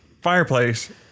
fireplace